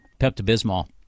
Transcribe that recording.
pepto-bismol